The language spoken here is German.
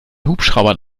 hubschraubern